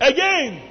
Again